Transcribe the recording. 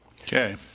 Okay